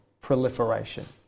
proliferation